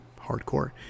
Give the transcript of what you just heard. hardcore